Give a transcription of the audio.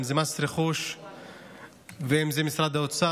אם זה מס רכוש ואם זה משרד האוצר,